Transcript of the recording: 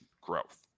growth